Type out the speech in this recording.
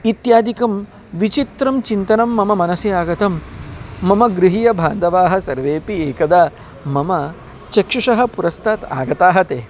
इत्यादिकं विचित्रं चिन्तनं मम मनसि आगतं मम गृहीयबान्धवाः सर्वेपि एकदा मम चक्षुषः पुरस्तात् आगताः ते